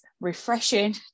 refreshing